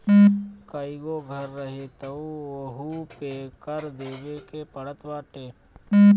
कईगो घर रही तअ ओहू पे कर देवे के पड़त बाटे